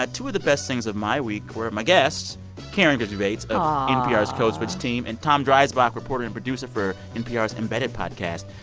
but two of the best things of my week were my guests karen grigsby bates of ah npr's code switch team and tom dreisbach, reporter and producer for npr's embedded podcast.